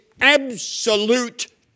absolute